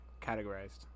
categorized